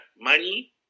money